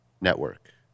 Network